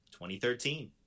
2013